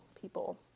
people